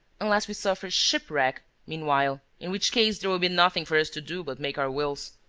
unless we suffer shipwreck meanwhile, in which case there will be nothing for us to do but make our wills.